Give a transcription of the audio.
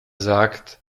sagt